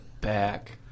back